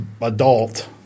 adult